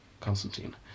Constantine